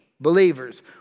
Believers